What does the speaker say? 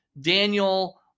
Daniel